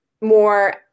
more